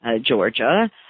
Georgia